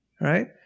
Right